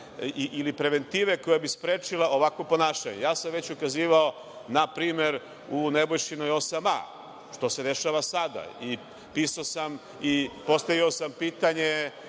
ili preventive koja bi sprečila ovakvo ponašanje. Ja sam već ukazivao na primer u Nebojšinoj 8a, što se dešava sada, postavio sam pitanje